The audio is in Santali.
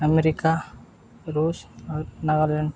ᱟᱢᱮᱨᱤᱠᱟ ᱨᱩᱥ ᱟᱨ ᱱᱟᱜᱟᱞᱮᱱᱰ